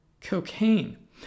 cocaine